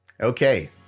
Okay